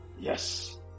Yes